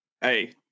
Hey